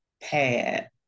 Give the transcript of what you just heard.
pad